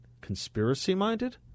Conspiracy-minded